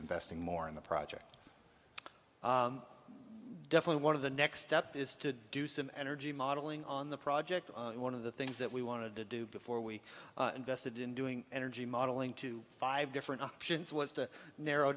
investing more in the project definitely one of the next step is to do some energy modeling on the project one of the things that we wanted to do before we invested in doing energy modeling to five different options was to narrow